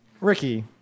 Ricky